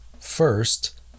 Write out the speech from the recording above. First